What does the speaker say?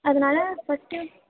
அதனால ஃபர்ஸ்ட்டு